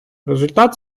результат